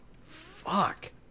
Fuck